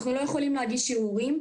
אנחנו לא יכולים להגיש ערעורים,